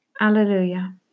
Alleluia